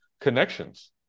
connections